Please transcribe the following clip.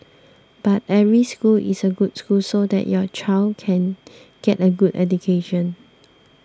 but every school is a good school so that your child can get a good education